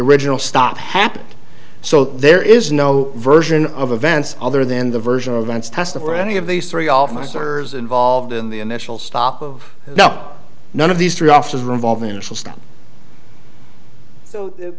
original stop happened so there is no version of events other than the version of events test of any of these three officers involved in the initial stop of now none of these three officers